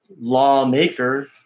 lawmaker